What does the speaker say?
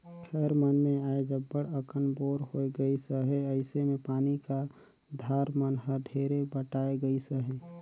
खाएर मन मे आएज अब्बड़ अकन बोर होए गइस अहे अइसे मे पानी का धार मन हर ढेरे बटाए गइस अहे